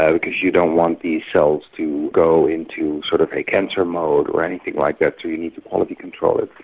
ah because you don't want these cells to go into sort of a cancer mode or anything like that, so you need to quality control it.